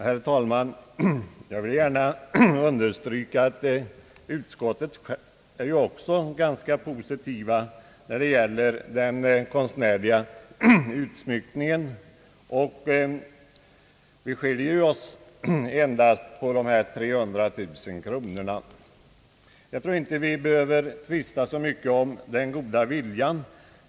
Herr talman! Jag vill understryka att utskottet har ställt sig positivt när det gäller den konstnärliga utsmyckningen. Vad som skiljer oss åt är endast de 300 000 kronorna. Jag tror inte vi behöver tvista så mycket om den goda viljan.